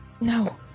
No